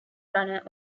runner